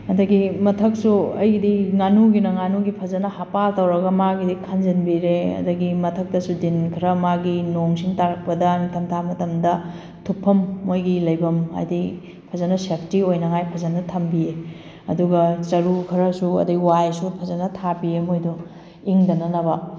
ꯑꯗꯒꯤ ꯃꯊꯛꯁꯨ ꯑꯩꯒꯤꯗꯤ ꯉꯥꯅꯨꯒꯤꯅ ꯉꯥꯅꯨꯒꯤ ꯐꯖ ꯍꯞꯄꯥ ꯇꯧꯔꯒ ꯃꯥꯒꯤ ꯈꯟꯖꯟꯕꯤꯔꯦ ꯑꯗꯒꯤ ꯃꯊꯛꯇꯁꯨ ꯗꯤꯟ ꯈꯔ ꯃꯥꯒꯤ ꯅꯣꯡ ꯁꯤꯡ ꯇꯥꯔꯛꯄꯗ ꯅꯤꯡꯊꯝꯊꯥ ꯃꯇꯝꯗ ꯊꯨꯞꯐꯝ ꯃꯣꯏꯒꯤ ꯂꯩꯐꯝ ꯍꯥꯏꯗꯤ ꯐꯖꯅ ꯁꯦꯐꯇꯤ ꯑꯣꯏꯅꯉꯥꯏ ꯐꯖꯅ ꯊꯝꯕꯤꯌꯦ ꯑꯗꯨꯒ ꯆꯔꯨ ꯈꯔꯁꯨ ꯑꯗꯩ ꯋꯥꯏꯁꯨ ꯐꯖꯅ ꯊꯥꯕꯤꯌꯦ ꯃꯣꯏꯗꯣ ꯏꯪꯗꯅꯅꯕ